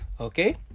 okay